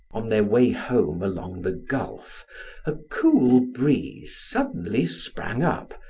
on their way home along the gulf a cool breeze suddenly sprang up,